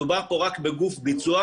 מדובר פה רק בגוף ביצוע,